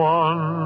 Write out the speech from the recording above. one